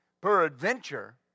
Peradventure